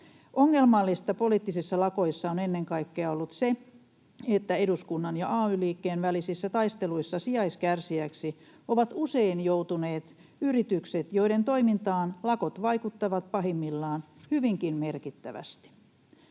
Ongelmallista poliittisissa lakoissa on ennen kaikkea ollut se, että eduskunnan ja ay-liikkeen välisissä taisteluissa sijaiskärsijöiksi ovat usein joutuneet yritykset, joiden toimintaan lakot vaikuttavat pahimmillaan hyvinkin merkittävästi.